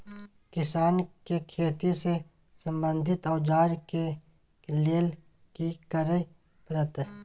किसान के खेती से संबंधित औजार के लेल की करय परत?